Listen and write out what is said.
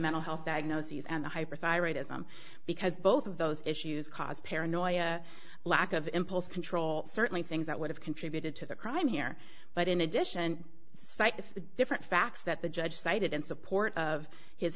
mental health diagnoses and the hyperthyroidism because both of those issues caused paranoia lack of impulse control certainly things that would have contributed to the crime here but in addition cite the different facts that the judge cited in support of his